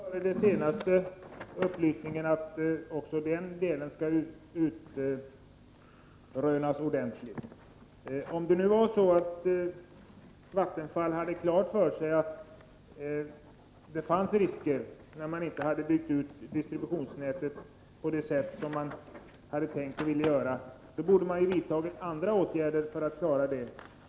Herr talman! Jag är tacksam för den senaste upplysningen att också den del som gäller kärnkraftverken skall utrönas ordentligt. Om det var så att Vattenfall hade klart för sig att det fanns risker på grund av att man inte hade byggt ut distributionsnätet på det sätt som man hade tänkt och velat göra, borde man ju ha vidtagit andra åtgärder för att klara det hela.